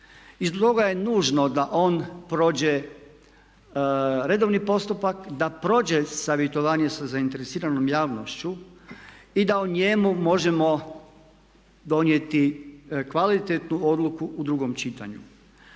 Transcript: I stoga je nužno da on prođe redovni postupak, da prođe savjetovanje sa zainteresiranom javnošću i da o njemu možemo donijeti kvalitetnu odluku u drugom čitanju.